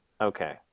okay